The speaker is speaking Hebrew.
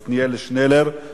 עתניאל שנלר,